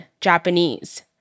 Japanese